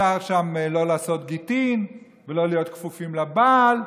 אפשר שם לא לעשות גיטין ולא להיות כפופים לבעל.